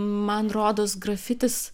man rodos grafitis